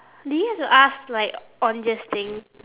do you have to ask like on this thing